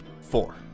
four